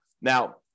Now